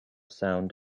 sound